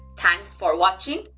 thanks for watching,